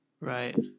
Right